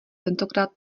tentokrát